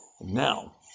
Now